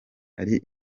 hari